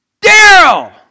Daryl